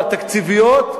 התקציביות,